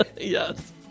yes